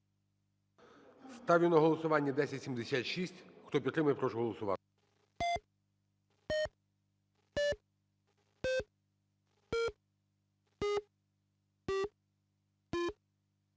ставлю її на голосування. Хто її підтримує, прошу голосувати.